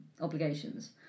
obligations